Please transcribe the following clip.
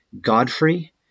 Godfrey